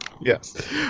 Yes